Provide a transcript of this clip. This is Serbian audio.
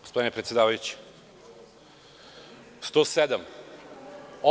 Gospodine predsedavajući, član 107.